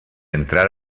entrar